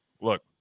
look